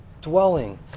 dwelling